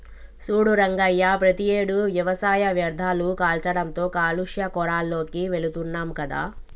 సూడు రంగయ్య ప్రతియేడు వ్యవసాయ వ్యర్ధాలు కాల్చడంతో కాలుష్య కోరాల్లోకి వెళుతున్నాం కదా